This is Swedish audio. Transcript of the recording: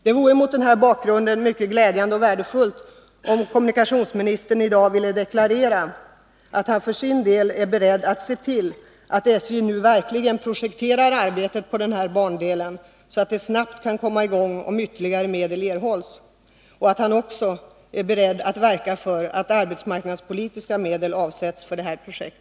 Det vore mot denna bakgrund mycket glädjande och värdefullt om kommunikationsministern i dag ville deklarera att han för sin del är beredd att se till att SJ nu verkligen projekterar arbetet på den här bandelen, så att det snabbt kan komma i gång om ytterligare medel erhålls, och att han också är beredd att verka för att arbetsmarknadspolitiska medel avsätts för detta projekt.